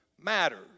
matters